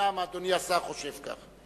האומנם אדוני השר חושב כך?